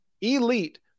elite